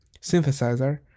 synthesizer